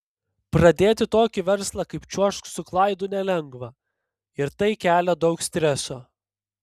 pradėti tokį verslą kaip čiuožk su klaidu nelengva ir tai kelia daug streso